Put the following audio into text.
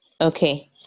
okay